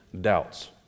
doubts